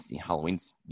Halloween's